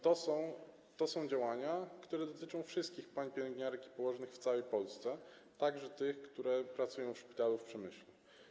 To są działania, które dotyczą wszystkich pań pielęgniarek i położnych w całej Polsce, także tych, które pracują w szpitalu w Przemyślu.